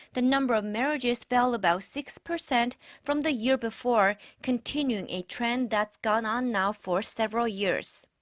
the number of marriages fell about six percent from the year before, continuing a trend that's gone on now for several years.